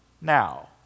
now